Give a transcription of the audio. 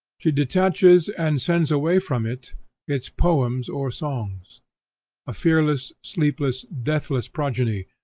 she detaches and sends away from it its poems or songs a fearless, sleepless, deathless progeny,